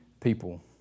people